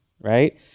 right